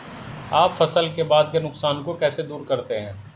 आप फसल के बाद के नुकसान को कैसे दूर करते हैं?